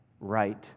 right